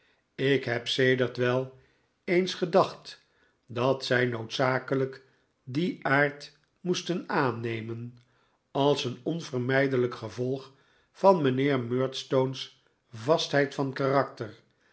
ik heb sedert wel eens gedacht dat zij noodzakelijk dien aard moesten aannemen als een pnvermijdelijk gevolg van mijnheer murdstone's vastheid van karakter